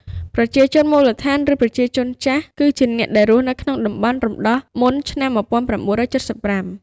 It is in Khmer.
ប្រជាជនមូលដ្ឋាន ឬ "ប្រជាជនចាស់" គឺជាអ្នកដែលរស់នៅក្នុងតំបន់រំដោះមុនឆ្នាំ ១៩៧៥។